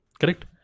correct